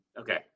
okay